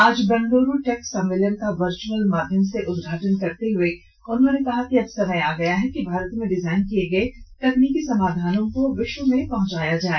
आज बेंगलुरू टेक सम्मेलन का वर्च्अल माध्यम से उदघाटन करते हुए उन्होंने कहा कि अब समय आ गया है कि भारत में डिजाइन किए गए तकनीकी समाधानों को विश्व में पहुंचाया जाए